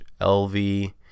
LV